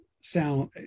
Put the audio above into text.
sound